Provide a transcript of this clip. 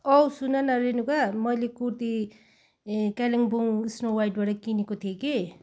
औ सुन न रेनुका मैले कुर्ती कालिम्पोङ स्नो वाइटबाट किनेको थिएँ कि